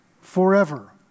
forever